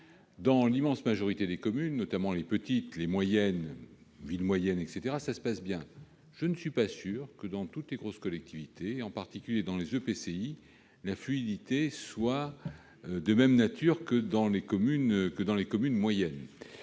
Dans l'immense majorité des municipalités, notamment dans les petites et les moyennes communes, tout se passe bien. Je ne suis en revanche pas sûr que, dans toutes les grosses collectivités, en particulier dans les EPCI, la fluidité soit de même nature que dans les communes moyennes.